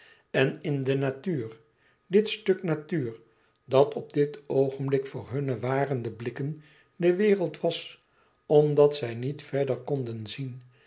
en in de natuur dit stuk natuur dat op dit oogenblik voor hunne warende blikken de wereld was omdat zij niet verder konden zien